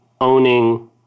owning